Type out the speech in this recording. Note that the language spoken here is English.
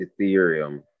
Ethereum